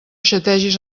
xategis